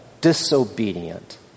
disobedient